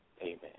Amen